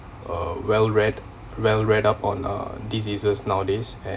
uh well read well read up on uh diseases nowadays and